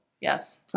Yes